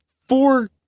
four